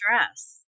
stress